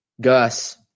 Gus